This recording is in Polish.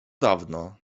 dawno